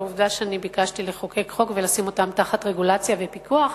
עובדה שאני ביקשתי לחוקק חוק ולשים אותם תחת רגולציה ופיקוח,